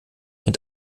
mit